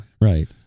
Right